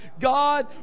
God